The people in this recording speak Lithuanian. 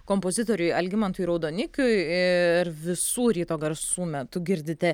kompozitoriui algimantui raudonikiui ir visų ryto garsų metu girdite